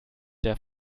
der